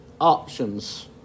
options